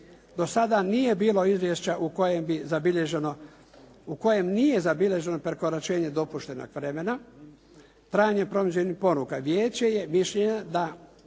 kojem bi zabilježeno, u kojem nije zabilježeno prekoračenje dopuštenog vremena. Trajanje promidžbenih poruka. Vijeće je mišljenja da